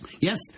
Yes